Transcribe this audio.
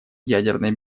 ядерной